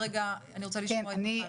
אני רוצה לשמוע את מיכל.